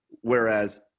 Whereas